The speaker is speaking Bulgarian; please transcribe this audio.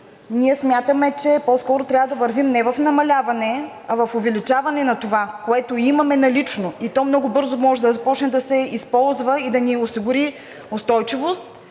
ние смятаме, че по-скоро трябва да вървим не в намаляване, а в увеличаване на това, което имаме налично, и то много бързо може да започне да се използва и да ни осигури устойчивост,